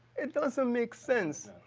it doesn't make sense.